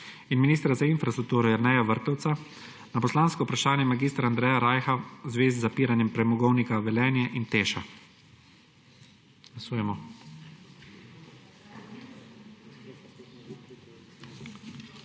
in ministra za infrastrukturo Jerneja Vrtovca na poslansko vprašanje mag. Andreja Rajha v zvezi z zapiranjem premogovnika Velenje in Teša.